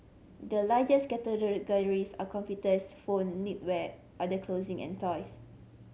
the largest categories are computers phone knitwear other clothing and toys